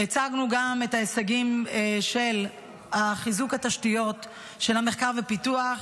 הצגנו גם את ההישגים של חיזוק התשתיות של מחקר ופיתוח,